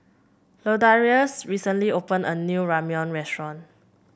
Ladarius recently opened a new Ramyeon restaurant